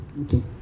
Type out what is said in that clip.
Okay